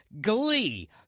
Glee